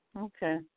Okay